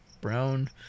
brown